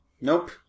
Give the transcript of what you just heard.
Nope